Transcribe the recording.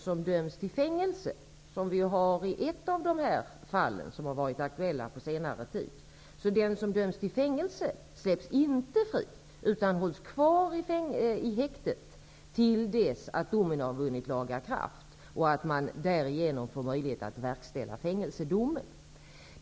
Som också har skett i ett av de på senare tid aktuella fallen, släpps en person som dömts till fängelse inte fri, utan hålls kvar i häkte till dess att domen vunnit laga kraft. Därigenom ges möjlighet att verkställa fängelsedomen.